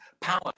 power